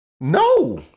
No